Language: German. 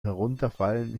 herunterfallen